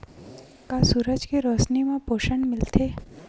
का सूरज के रोशनी म पोषण मिलथे?